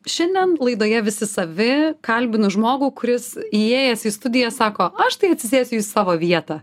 šiandien laidoje visi savi kalbinu žmogų kuris įėjęs į studiją sako aš tai atsisėsiu į savo vietą